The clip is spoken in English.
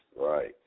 right